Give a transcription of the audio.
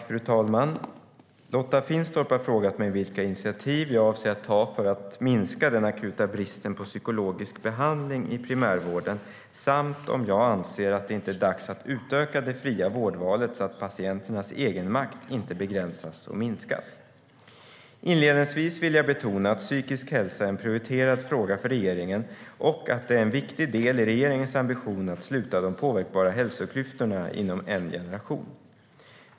Fru talman! Lotta Finstorp har frågat mig vilka initiativ jag avser att ta för att minska den akuta bristen på psykologisk behandling i primärvården och om jag inte anser att det är dags att utöka det fria vårdvalet så att patienternas egenmakt inte begränsas och minskas. Inledningsvis vill jag betona att psykisk hälsa är en prioriterad fråga för regeringen och att det är en viktig del i regeringens ambition att sluta de påverkbara hälsoklyftorna inom en generation.